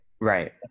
Right